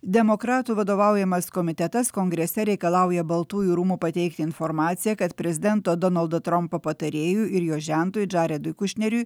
demokratų vadovaujamas komitetas kongrese reikalauja baltųjų rūmų pateikti informaciją kad prezidento donaldo trumpo patarėjui ir jo žentui džaredui kušneriui